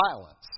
violence